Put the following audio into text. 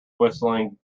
whistling